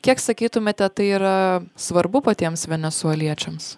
kiek sakytumėte tai yra svarbu patiems venesueliečiams